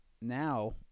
Now